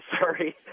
sorry